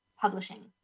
publishing